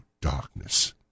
darkness